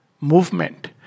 movement